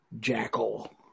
Jackal